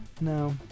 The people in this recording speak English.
no